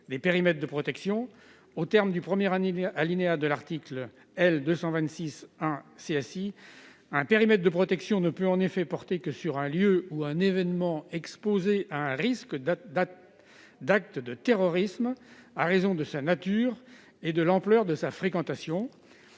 des périmètres de protection. Aux termes du premier alinéa de l'article L. 226-1 du code de la sécurité intérieure, un périmètre de protection ne peut en effet porter que sur un lieu ou un événement exposé « à un risque d'actes de terrorisme, à raison de sa nature et de l'ampleur de sa fréquentation